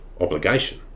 obligation